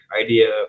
idea